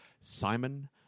Simon